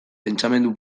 pentsamendu